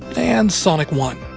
and sonic one.